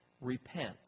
Repent